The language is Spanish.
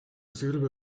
sirve